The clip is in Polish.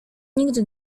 nikt